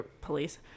police